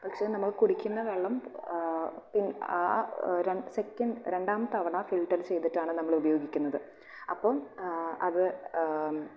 പക്ഷെ നമ്മൾ കുടിക്കുന്ന വെള്ളം സെക്കൻട് രണ്ടാം തവണ ഫിൽറ്റർ ചെയ്തിട്ടാണ് നമ്മൾ ഉപയോഗിക്കുന്നത് അപ്പം അത്